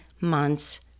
months